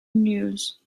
news